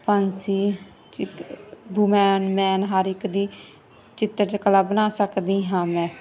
ਪੰਛੀ woman man ਹਰ ਇੱਕ ਦੀ ਚਿੱਤਰ ਚ ਕਲਾ ਬਣਾ ਸਕਦੀ ਹਾਂ ਮੈਂ